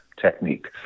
technique